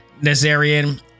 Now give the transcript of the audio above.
Nazarian